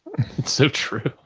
so true.